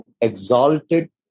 exalted